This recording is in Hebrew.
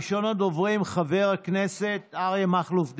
ראשון הדוברים, חבר הכנסת אריה מכלוף דרעי.